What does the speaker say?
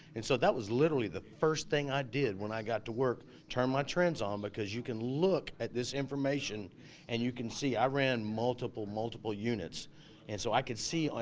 and so that was literally the first thing i did when i got to work, turned my trends on because you can look at this information and you can see, i ran multiple, multiple units and so i could see,